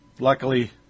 Luckily